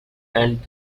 and